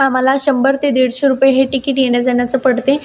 आम्हाला शंभर ते दीडशे रुपये हे टीकीट येण्याजाण्याचं पडते